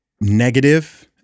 Negative